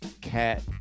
cat